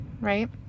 right